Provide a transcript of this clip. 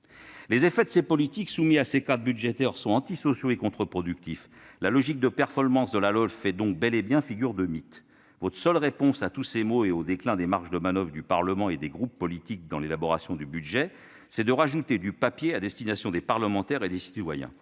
Les effets des politiques soumises à ces cadres budgétaires sont « antisociaux » et contre-productifs. La logique de performance de la LOLF fait donc bel et bien figure de mythe. Votre seule réponse à tous ces maux et au déclin des marges de manoeuvre du Parlement et des groupes politiques dans l'élaboration du budget, c'est de rajouter du papier à destination des parlementaires et des citoyens